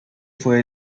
fue